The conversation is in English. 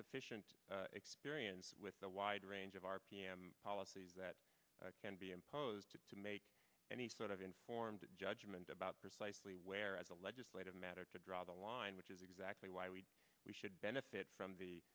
sufficient experience with the wide range of r p m policies that can be imposed to make any sort of informed judgment about precisely where as a legislative matter to draw the line which is exactly why we we should benefit from the